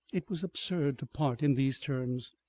it was absurd to part in these terms.